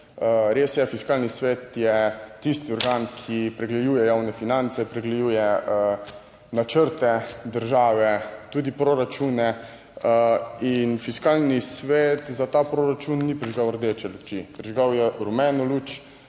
Res je, Fiskalni svet je tisti organ, ki pregleduje javne finance, pregleduje načrte države, tudi proračune in Fiskalni svet za ta proračun ni prižgal rdeče luči, prižigal je rumeno luč,